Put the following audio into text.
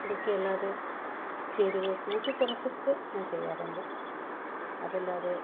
ഇതൊക്കെ അല്ലാതെ ചേരുവ കൂട്ടി കുറച്ചിട്ട് ഞാൻ ചെയ്യാറുണ്ട് അതല്ലാതെ